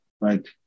right